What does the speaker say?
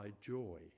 joy